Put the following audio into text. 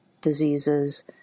diseases